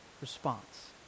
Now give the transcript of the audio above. response